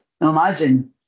imagine